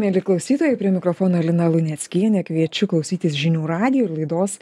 mieli klausytojai prie mikrofono lina luneckienė kviečiu klausytis žinių radijo ir laidos